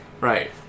Right